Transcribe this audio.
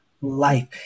life